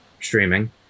streaming